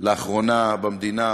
לאחרונה במדינה,